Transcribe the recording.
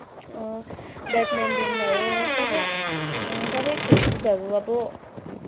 badminton भयो सबै सबै खेलकुदहरू अब